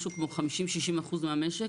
משהו כמו 50%-60% מהמשק